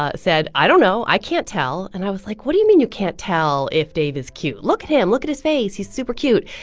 ah said, i don't know. i can't tell and i was like, what do you mean you can't tell if dave is cute? look at him. look at his face. he's super cute.